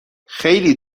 خیلی